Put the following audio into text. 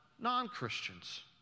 non-Christians